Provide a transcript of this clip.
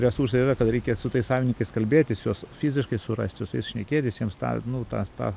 resursai yra kad reikia su tais savininkais kalbėtis juos fiziškai surasti su jais šnekėtis jiems tą nu tą tą